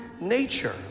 nature